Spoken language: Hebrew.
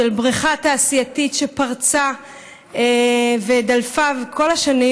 של בריכה תעשייתית שדלפה כל השנים,